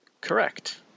Correct